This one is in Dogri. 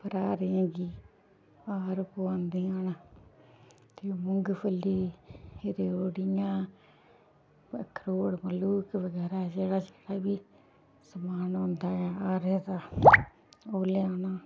भ्राऽ होरें गी हार पौआंदियां न ते मुंगफली रयोड़ियां अखरोट मलूख बगैरा जेह्ड़ा किश समान होंदा ऐ हारें दा ओह् लेआना